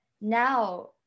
now